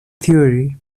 theory